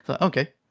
Okay